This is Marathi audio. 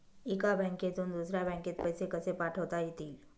एका बँकेतून दुसऱ्या बँकेत पैसे कसे पाठवता येतील?